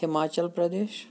Himachal Pradesh